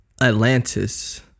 Atlantis